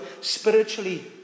spiritually